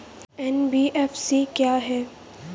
NBFC क्या है?